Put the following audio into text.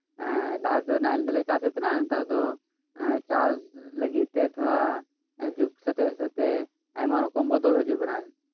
ᱮᱸᱜ ᱞᱟᱦᱟ ᱛᱮᱫᱚ ᱱᱟᱦᱮᱞ ᱛᱮᱞᱮ ᱪᱟᱥᱮᱫ ᱛᱟᱦᱮᱸᱱᱟ ᱮᱸᱜ ᱱᱮᱛᱟᱨ ᱫᱚ ᱮᱸᱜ ᱪᱟᱥ ᱞᱟᱹ ᱜᱤᱫ ᱛᱮ ᱛᱷᱚᱲᱟ ᱡᱩᱜᱽ ᱠᱮᱛᱮ ᱟᱭ ᱢᱟ ᱨᱚᱠᱚᱢ ᱵᱚᱫᱚᱞ ᱦᱤᱡᱩᱜ ᱠᱟᱱᱟ